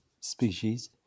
species